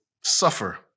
suffer